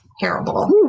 terrible